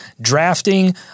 drafting